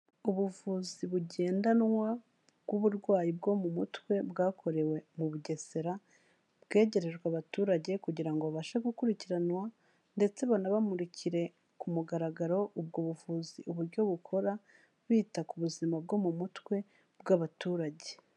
Ubuvuzi bugendanwa bw'uburwayi bwo mu mutwe, bwakorewe mu Bugesera, bwegerejwe abaturage kugira ngo babashe gukurikiranwa ndetse banabamurikire ku mugaragaro ubwo buvuzi uburyo bukora, bita ku buzima bwo mu mutwe bw'abaturage.